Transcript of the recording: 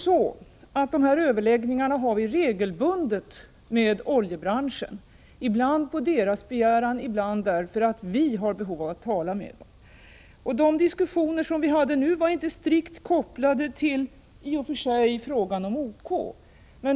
Sådana här överläggningar har vi regelbundet med oljebranschen, ibland på dessa företags begäran, ibland därför att det är vi som har behov av att tala med dem. De diskussioner som vi nu haft var inte strikt kopplade till frågan om OK.